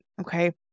Okay